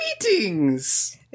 Greetings